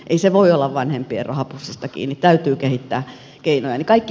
ei se voi olla vanhempien rahapussista kiinni täytyy kehittää keinoja